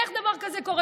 איך דבר כזה קורה,